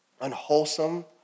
unwholesome